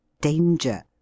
danger